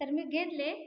तर मी घेतले